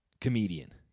comedian